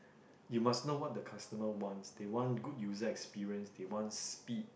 you must know what the customer want they want good user experience they want speed